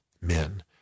men